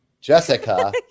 jessica